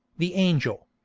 the angel.